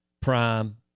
Prime